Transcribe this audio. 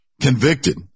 convicted